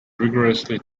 rigorously